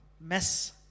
mess